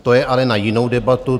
To je ale na jinou debatu.